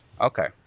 okay